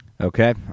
Okay